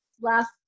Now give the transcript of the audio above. last